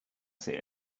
see